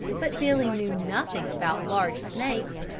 but billy knew nothing about large snakes,